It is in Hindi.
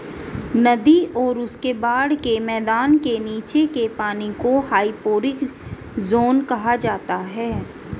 नदी और उसके बाढ़ के मैदान के नीचे के पानी को हाइपोरिक ज़ोन कहा जाता है